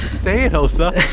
say it hosuh!